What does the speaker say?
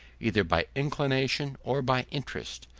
either by inclination or by interest,